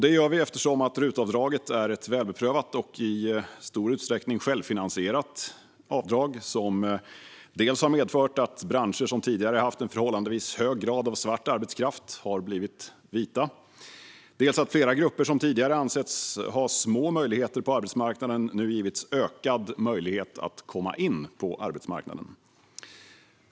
Det gör vi eftersom RUT-avdraget är ett välbeprövat och i stor utsträckning självfinansierat avdrag som har medfört dels att branscher som tidigare haft en förhållandevis hög grad av svart arbetskraft har blivit vita, dels att flera grupper som tidigare ansetts ha små möjligheter på arbetsmarknaden nu givits ökad möjlighet att komma in på arbetsmarknaden.